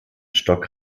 stock